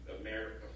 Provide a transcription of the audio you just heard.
America